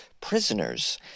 prisoners